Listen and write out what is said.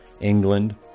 England